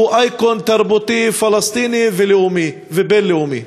שהוא אייקון תרבותי פלסטיני לאומי ובין-לאומי.